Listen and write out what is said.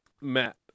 Matt